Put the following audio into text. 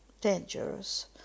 dangerous